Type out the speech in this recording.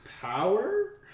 Power